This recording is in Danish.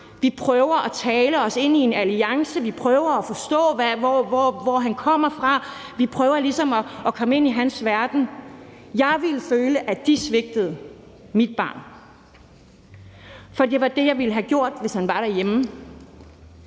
Vi prøver at tale os ind i en alliance, vi prøver at forstå, hvor han kommer fra, vi prøver ligesom at komme ind i hans verden. Jeg ville føle, at de svigtede mit barn, for det var det, jeg ville have gjort, hvis han var derhjemme.